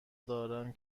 دارم